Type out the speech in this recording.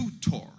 tutor